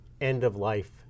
end-of-life